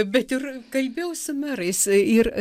bet ir kalbėjau su merais ir